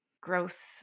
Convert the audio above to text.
growth